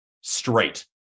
straight